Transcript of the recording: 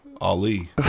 Ali